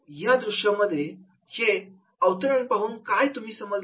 या दृश्यम मधील हे अवतरण पाहून काय समजलं तुम्हाला